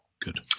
good